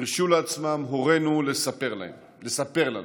הרשו לעצמם הורינו לספר לנו.